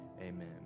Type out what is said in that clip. amen